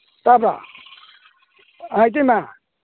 ꯇꯥꯕ꯭ꯔꯥ ꯑꯥ ꯏꯇꯩꯃ